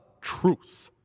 truth